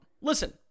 Listen